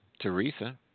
Teresa